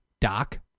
DOC